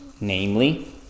namely